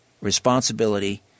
responsibility